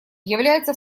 является